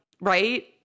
right